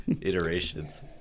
iterations